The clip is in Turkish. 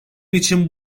için